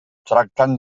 tracten